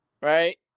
Right